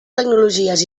tecnologies